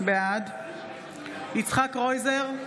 בעד יצחק קרויזר,